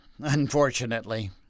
unfortunately